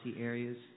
areas